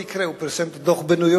לא במקרה הוא פרסם את הדוח בניו-יורק